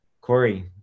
Corey